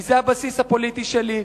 כי זה הבסיס הפוליטי שלי,